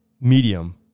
Medium